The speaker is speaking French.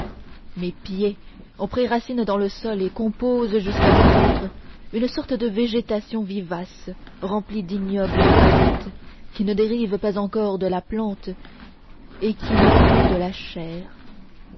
mes pieds ont pris racine dans le sol et composent jusqu'à mon ventre une sorte de végétation vivace remplie d'ignobles parasites qui ne dérive pas encore de la plante et qui n'est plus de la chair